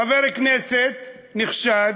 חבר כנסת נחשד,